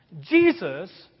Jesus